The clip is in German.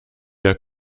der